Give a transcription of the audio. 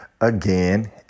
again